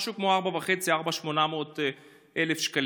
משהו כמו 4,500 4,800 שקלים,